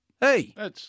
Hey